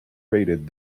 raided